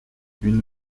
une